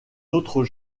autre